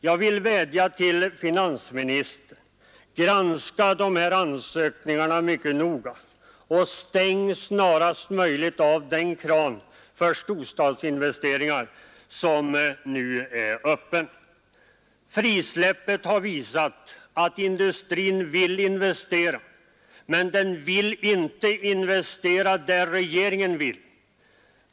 Jag vill vädja till finansministern: Granska de här ansökningarna mycket noga och stäng snarast möjligt av den kran för storstadsinvesteringar som nu är öppen! Frisläppet har visat att industrin vill investera — men man vill inte investera där regeringen vill!